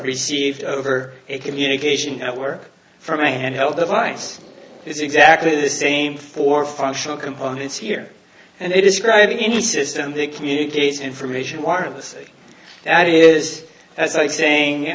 received over a communication network from a handheld device is exactly the same for functional components here and they describe any system that communicates information wirelessly that is that's like saying